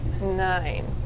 Nine